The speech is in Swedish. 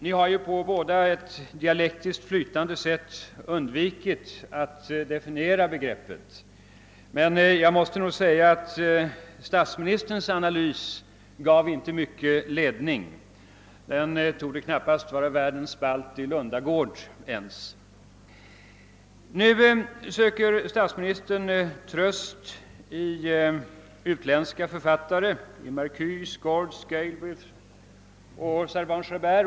Ni har ju båda på ett dialektiskt flytande sätt undvikit att definiera begreppet, men jag måste säga att statsministerns analys inte gav mycken ledning — den torde knappast ens vara värd en spalt i Lundagård. Nu söker statsministern tröst i utländska författare — Marcuse, Gorz, Galbraith, Servan-Schreiber.